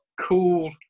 cool